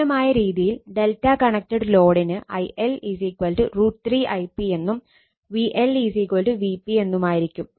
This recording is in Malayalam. സമാനമായ രീതിയിൽ Δ കണക്റ്റഡ് ലോഡിന് IL √ 3 Ip എന്നും VL Vp എന്നുമായിരിക്കും